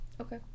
Okay